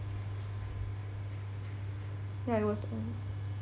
ya it was um